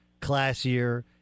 classier